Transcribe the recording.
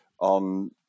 on